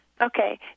Okay